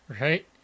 right